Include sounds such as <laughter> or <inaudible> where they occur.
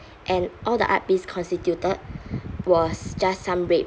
and all the art piece constituted <breath> was just some red